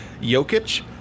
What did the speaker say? Jokic